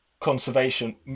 conservation